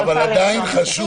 --- אבל עדיין חשוב לי